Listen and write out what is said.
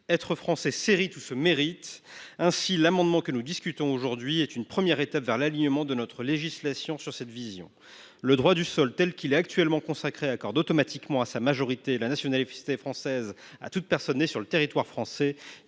Être Français s’hérite ou se mérite. Ainsi l’amendement que nous vous soumettons aujourd’hui est une première étape vers l’alignement de notre législation sur cette vision. Le droit du sol tel qu’il est actuellement consacré accorde automatiquement la nationalité française, à sa majorité, à toute personne née sur le territoire français,